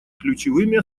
ключевыми